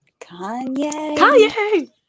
Kanye